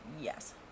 Yes